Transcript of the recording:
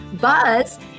Buzz